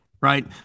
right